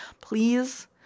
please